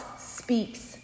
speaks